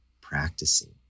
practicing